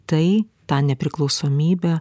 tai tą nepriklausomybę